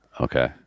Okay